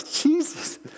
Jesus